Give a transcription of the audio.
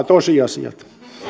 tosiasiat